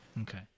Okay